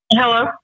Hello